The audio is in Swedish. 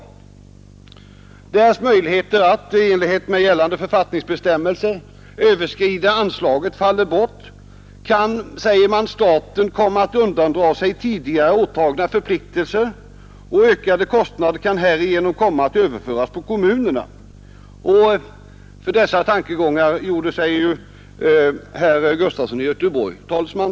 Reservanterna säger: ”Därest nuvarande möjligheter att — i enlighet med gällande författningsbestämmelser — överskrida anslaget faller bort kan staten komma att undandra sig tidigare åtagna förpliktelser och ökade kostnader härigenom komma att överföras på kommunerna.” För dessa tankegångar gjorde sig herr Gustafson i Göteborg till talesman.